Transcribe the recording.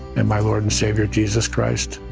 and my lord and savior jesus christ.